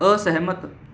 ਅਸਹਿਮਤ